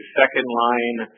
second-line